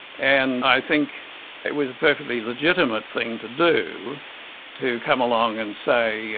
and i think it was a perfectly legitimate thing to do to come along and say,